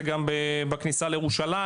זה גם בכניסה לירושלים,